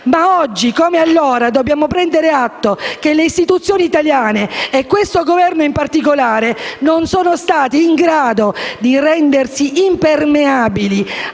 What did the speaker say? ma oggi come allora dobbiamo prendere atto che le istituzioni italiane e questo Governo, in particolare, non sono stati in grado di rendersi impermeabili